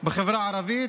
בחברה הערבית?